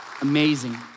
amazing